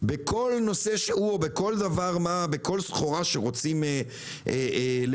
בכל נושא שהוא ובכל סחורה שרוצים לפרסם,